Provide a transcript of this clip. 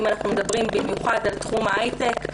אם אנחנו מדברים במיוחד על תחום ההייטק,